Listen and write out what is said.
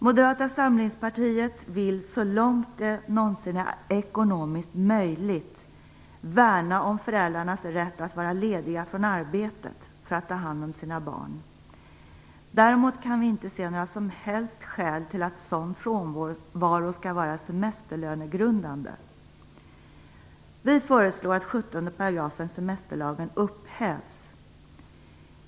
Moderata samlingspartiet vill så långt det någonsin är ekonomiskt möjligt värna föräldrarnas rätt att vara lediga från arbetet för att ta hand om sina barn. Däremot kan vi inte se några som helst skäl till att sådan frånvaro skall vara semesterlönegrundande. Vi föreslår att 17 § semesterlagen upphävs.